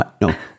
No